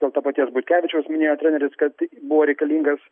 dėl to paties butkevičiaus minėjo treneris kad buvo reikalingas